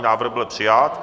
Návrh byl přijat.